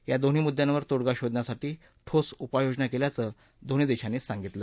या दोन्ही मुद्यांवर तोडगा शोधण्यासाठी ठोस उपाययोजना केल्याचं दोन्ही देशांनी सांगितलं